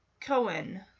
Cohen